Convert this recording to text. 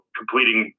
completing